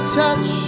touch